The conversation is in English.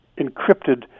encrypted